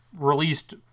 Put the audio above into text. released